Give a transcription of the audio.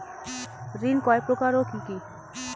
ঋণ কয় প্রকার ও কি কি?